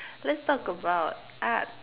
let's talk about art